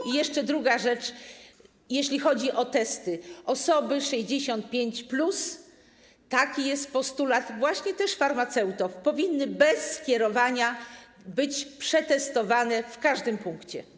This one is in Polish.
I jeszcze druga rzecz, jeśli chodzi o testy - osoby 65+, taki jest postulat właśnie też farmaceutów, powinny bez skierowania być przetestowane w każdym punkcie.